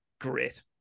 great